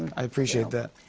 i appreciate that.